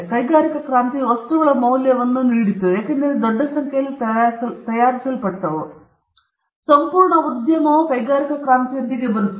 ಕೈಗಾರಿಕಾ ಕ್ರಾಂತಿಯು ವಸ್ತುಗಳ ಮೌಲ್ಯವನ್ನು ನೀಡಿತು ಏಕೆಂದರೆ ಅವು ದೊಡ್ಡ ಸಂಖ್ಯೆಯಲ್ಲಿ ತಯಾರಿಸಲ್ಪಟ್ಟವು ಸಂಪೂರ್ಣ ಉದ್ಯಮವು ಕೈಗಾರಿಕಾ ಕ್ರಾಂತಿಯೊಂದಿಗೆ ಬಂದಿತು